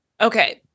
Okay